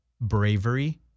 bravery